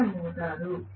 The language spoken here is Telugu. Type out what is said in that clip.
ప్రేరణ మోటారు